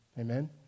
amen